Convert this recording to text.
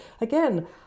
Again